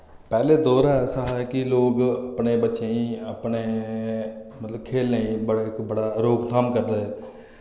पैह्ले दौर ऐसा हा कि लोक अपने बच्चें गी अपने मतलब खेलने गी बड़े बड़ा रोक थाम करदे हे